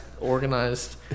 organized